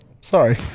Sorry